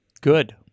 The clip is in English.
Good